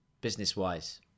business-wise